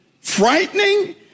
frightening